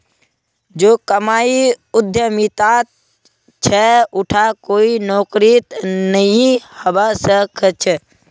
जो कमाई उद्यमितात छ उटा कोई नौकरीत नइ हबा स ख छ